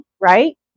right